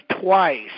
twice